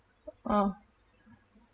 oh